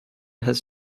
has